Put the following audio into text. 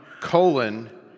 colon